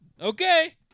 Okay